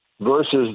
versus